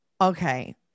okay